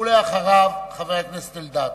אחריו, חבר הכנסת אלדד.